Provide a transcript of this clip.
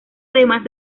además